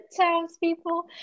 townspeople